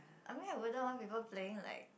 I mean I wouldn't want people playing like